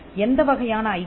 எந்த வகையான ஐபி